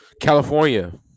California